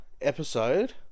episode